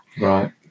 Right